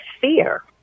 fear